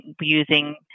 using